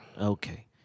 Okay